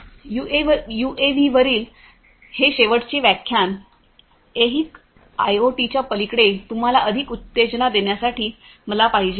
तर यूएव्हीवरील हे शेवटचे व्याख्यान ऐहिक आयओटीच्या पलीकडे तुम्हाला अधिक उत्तेजन देण्यासाठी मला पाहिजे होते